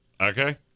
okay